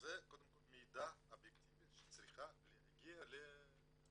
זה קודם כל מידע אובייקטיבי שצריך להגיע לאנשים.